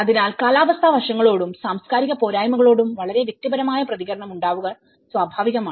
അതിനാൽ കാലാവസ്ഥാ വശങ്ങളോടും സാംസ്കാരിക പോരായ്മകളോടും വളരെ വ്യക്തിപരമായ പ്രതികരണം ഉണ്ടാവുക സ്വഭാവികമാണ്